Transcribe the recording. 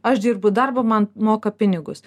aš dirbu darbą man moka pinigus